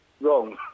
wrong